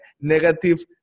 negative